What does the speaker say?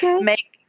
make